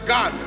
God